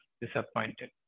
disappointed